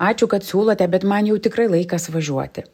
ačiū kad siūlote bet man jau tikrai laikas važiuoti